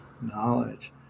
knowledge